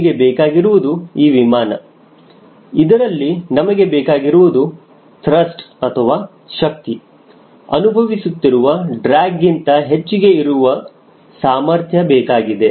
ನಿಮಗೆ ಬೇಕಾಗಿರುವುದು ಈ ವಿಮಾನ ಇದರಲ್ಲಿ ನಮಗೆ ಬೇಕಾಗಿರುವುದು ತ್ರಸ್ಟ್ ಅಥವಾ ಶಕ್ತಿ ಅನುಭವಿಸುತ್ತಿರುವ ಡ್ರ್ಯಾಗ್ಗಿಂತ ಹೆಚ್ಚಿಗೆ ಇರುವ ಸಾಮರ್ಥ್ಯ ಬೇಕಾಗಿದೆ